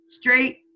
straight